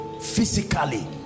Physically